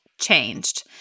changed